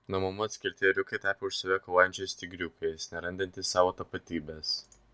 nuo mamų atskirti ėriukai tapę už save kovojančiais tigriukais nerandantys savo tapatybės